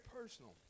personal